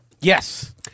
Yes